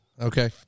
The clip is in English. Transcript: Okay